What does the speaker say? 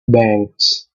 banks